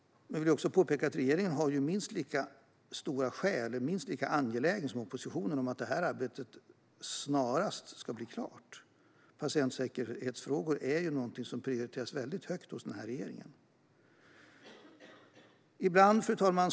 Jag vill också påpeka att regeringen är minst lika angelägen som oppositionen om att det här arbetet snarast ska bli klart. Patientsäkerhetsfrågor prioriteras väldigt högt av den här regeringen. Fru talman!